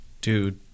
Dude